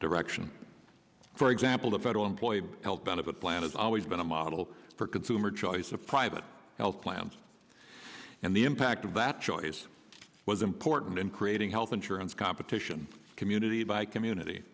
direction for example the federal employee health benefit plan has always been a model for consumer choice of private health plans and the impact of that choice was important in creating health insurance competition community by community